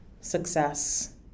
success